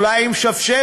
או אולי עם שבשבת,